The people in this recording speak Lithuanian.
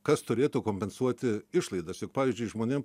kas turėtų kompensuoti išlaidas juk pavyzdžiui žmonėm